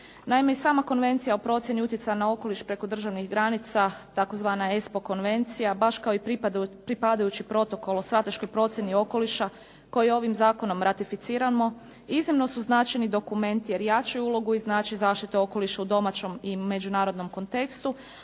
Naime i sama Konvencija o procjeni utjecaja na okoliš preko državnih granica, tzv. ESPO konvencija baš kao i pripadajući Protokol o strateškoj procjeni okoliša koji ovim zakonom ratificiramo iznimno su značajni dokumenti jer jačaju ulogu i znači zaštitu okoliša u domaćem i međunarodnom kontekstu,